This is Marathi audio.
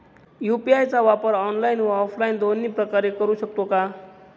यू.पी.आय चा वापर ऑनलाईन व ऑफलाईन दोन्ही प्रकारे करु शकतो का?